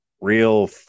real